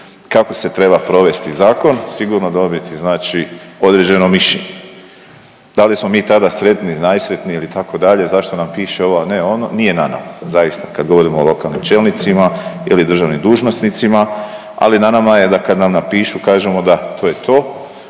kako se treba provesti zakon, sigurno dobiti znači određeno mišljenje. Da li smo mi tada sretni, najsretniji ili tako dalje, zašto nam piše ovo, a ne ono, nije nama. Zaista, kad govorimo o lokalnim čelnicima ili državnim dužnosnicima, ali na nama je kad nam napišu, kažemo da, to je to